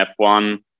F1